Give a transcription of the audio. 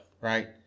Right